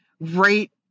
right